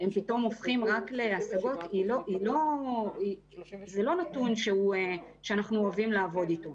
הופכים פתאום רק להשגות זה לא נתון שאנחנו אוהבים לעבוד אתו.